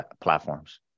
platforms